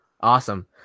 Awesome